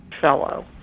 Fellow